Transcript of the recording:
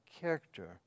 character